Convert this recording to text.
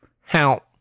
help